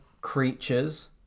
creatures